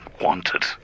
wanted